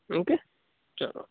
okay ચલો